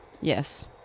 Yes